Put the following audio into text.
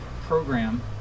program